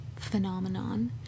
phenomenon